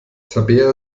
tabea